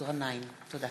תודה.